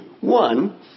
one